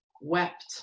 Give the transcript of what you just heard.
wept